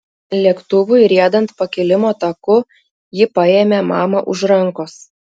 lėktuvui riedant pakilimo taku ji paėmė mamą už rankos